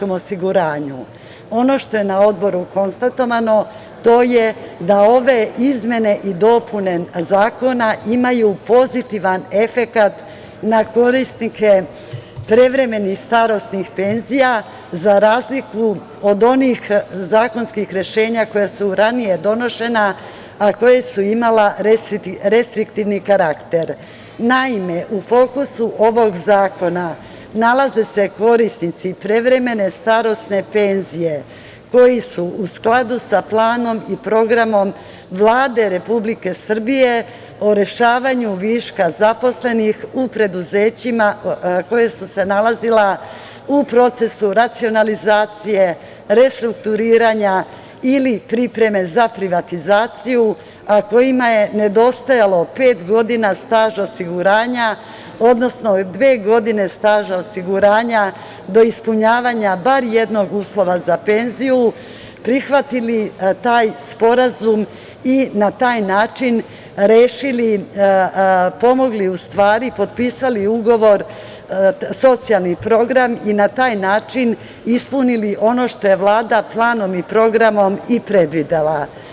Ono što je na Odboru konstatovano, to je da ove izmene i dopune zakona imaju pozitivan efekat na korisnike prevremenih starosnih penzija, za razliku od onih zakonskih rešenja koja su ranije donošena, a koja su imala restriktivni karakter Naime, u fokusu ovog zakona nalaze se korisnici prevremene starosne penzije koji su u skladu sa planom i programom Vlade Republike Srbije o rešavanju viška zaposlenih u preduzećima koja su se nalazila u procesu racionalizacije, restrukturiranja ili pripreme za privatizaciju, a kojima je nedostajalo pet godina staža osiguranja, odnosno dve godine staža osiguranja do ispunjavanja bar jednog uslova za penziju, prihvatili taj sporazum i na taj način rešili, pomogli, u stvari, potpisali ugovor socijalni program i na taj način ispunili ono što je Vlada planom i programom i predvidela.